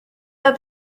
that